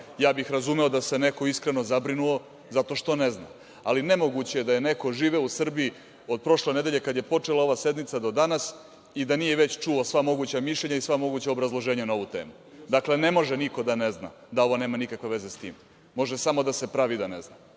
Ja bih razumeo da se neko iskreno zabrinuo, zato što ne zna. Ali, nemoguće je da je neko živeo u Srbiji od prošle nedelje, kada je počela ova sednica, do danas i da nije već čuo sva moguća mišljenja i sva moguća obrazloženja na ovu temu. Dakle, ne može niko da ne zna da ovo nema nikakve veze sa tim. Može samo da se pravi da ne zna